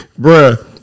Bruh